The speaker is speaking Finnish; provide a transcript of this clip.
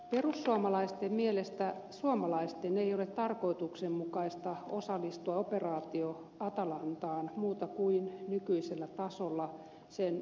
perussuomalaisten mielestä suomalaisten ei ole tarkoituksenmukaista osallistua operaatio atalantaan muuten kuin nykyisellä tasolla sen esikuntatehtäviin